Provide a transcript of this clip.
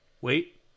wait